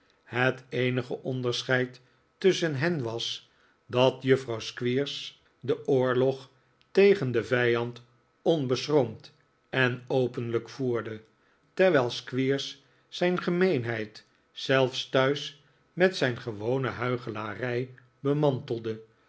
het eenige onderscheid tusschen hen was dat juffrouw squeers den oorlog tegen den vijand onbeschroomd en openlijk voerde terwijl squeers zijn gemeenheid zelfs thuis met zijn gewone huichelarij bemantelde